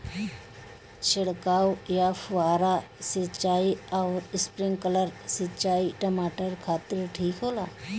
छिड़काव या फुहारा सिंचाई आउर स्प्रिंकलर सिंचाई टमाटर खातिर ठीक होला?